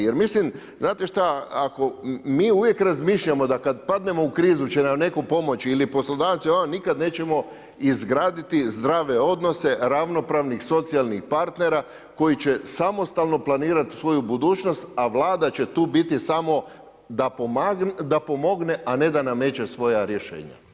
Jer mislim, znate šta, ako mi uvijek razmišljamo da kad padnemo u krizu će nam netko pomoći ili poslodavac ili ovaj, nikad nećemo izgraditi zdrave odnose ravnopravnih socijalnih partnera koji će samostalno planirati svoju budućnost, a Vlada će tu biti samo da pomogle, a ne da nameće svoja rješenja.